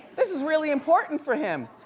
this is really important for him.